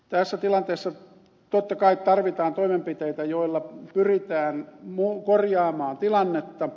tässä tilanteessa totta kai tarvitaan toimenpiteitä joilla pyritään korjaamaan tilannetta